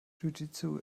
jujitsu